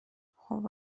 خوب